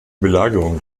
belagerung